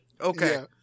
Okay